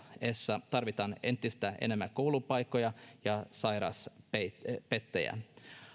kasvaessa tarvitaan entistä enemmän koulupaikkoja ja sairaspetejä